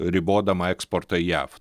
ribodama eksportą jav